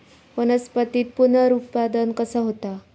वनस्पतीत पुनरुत्पादन कसा होता?